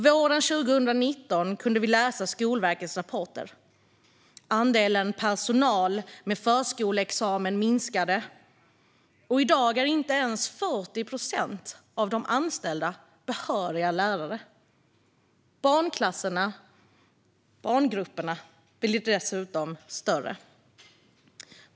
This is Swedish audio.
Våren 2019 kunde vi läsa Skolverkets rapporter: Andelen personal med förskollärarexamen minskade, och i dag är inte ens 40 procent av de anställda behöriga lärare. Barngrupperna blir dessutom större.